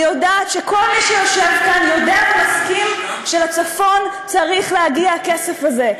אני יודעת שכל מי שיושב כאן יודע ומסכים שלצפון צריך להגיע הכסף הזה,